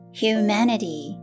humanity